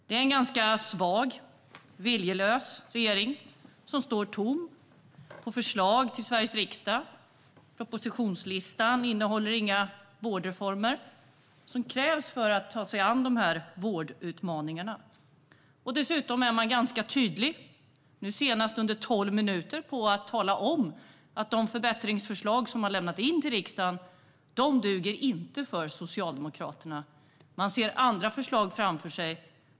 Det är en ganska svag och viljelös regering som står tomhänt med förslag till Sveriges riksdag. Propositionslistan innehåller inga vårdreformer som krävs för att ta sig an de här vårdutmaningarna. Dessutom är man ganska tydlig - nu senast under tolv minuter - med att tala om att de förbättringsförslag som man har lämnat in till riksdagen inte duger för Socialdemokraterna utan att man ser andra förslag framför sig.